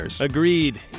Agreed